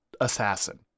assassin